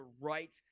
right